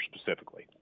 specifically